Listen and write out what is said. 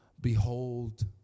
behold